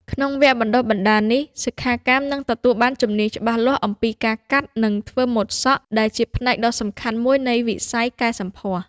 ក្នុងវគ្គបណ្តុះបណ្តាលនេះ សិក្ខាកាមនឹងទទួលបានជំនាញច្បាស់លាស់អំពីការកាត់ និងធ្វើម៉ូដសក់ ដែលជាផ្នែកដ៏សំខាន់មួយនៃវិស័យកែសម្ផស្ស។